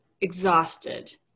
exhausted